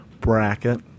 bracket